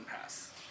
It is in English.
pass